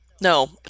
No